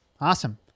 awesome